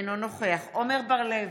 אינו נוכח עמר בר לב,